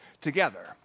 together